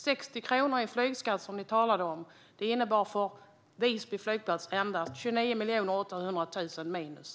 60 kronor i flygskatt, som ni talar om, innebär för Visby flygplats 29 800 000 minus.